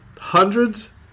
Hundreds